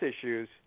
issues